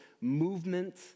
movement